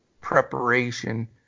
preparation